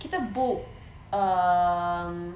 kita booked um